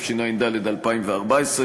התשע"ד 2014,